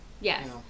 Yes